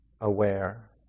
aware